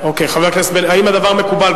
גברתי המזכירה, האם הדבר מקובל?